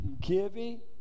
giving